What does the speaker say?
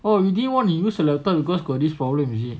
oh you didn't wanna use alerted cause got this problem is it